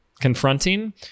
confronting